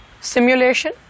simulation